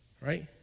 Right